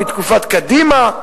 בתקופת קדימה.